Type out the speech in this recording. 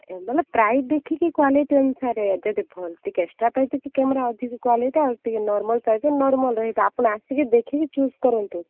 ଏ ବୋଲେ ପ୍ରାଇସ୍ ଦେଖିକିରି କ୍ୱାଲିଟି ଅନୁସାରେ ଯଦି ଭଲ ଟିକେ ଏକ୍ସଟ୍ରା ପ୍ରାଇସ୍ ଦେଖିକି କ୍ୟାମେରା ଅଧିକ କ୍ୱାଲିଟି ଆଉ ଟିକେ ନର୍ମାଲ୍ ପ୍ରାଇସ୍ ନର୍ମାଲ୍ ରହିବ ଆପଣ ଆସିକି ଦେଖିକି ଚୁଜ୍ କରନ୍ତୁ